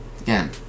again